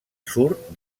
surt